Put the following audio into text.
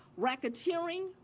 racketeering